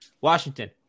Washington